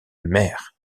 mer